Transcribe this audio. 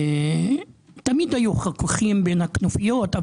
תמיד היו חיכוכים בין הכנופיות,